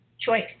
choice